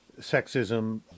sexism